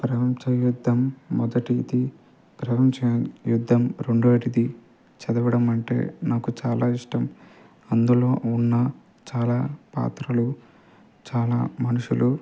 ప్రపంచ యుద్ధం మొదటిది ప్రపంచ యుద్ధం రెండవది చదవడం అంటే నాకు చాలా ఇష్టం అందులో ఉన్న చాలా పాత్రలు చాలా మనుషులు